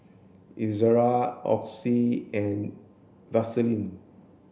Ezerra Oxy and Vaselin